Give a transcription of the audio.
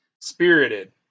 Spirited